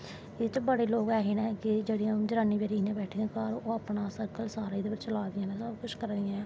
इसलै बड़े लोग ऐसे नै कि बड़ियां जनानियां इयां बैठी दियांओह् अपनां सर्कल सब कुश चला दियां नै